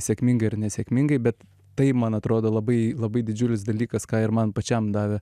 sėkmingai ir nesėkmingai bet tai man atrodo labai labai didžiulis dalykas ką ir man pačiam davė